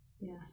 yes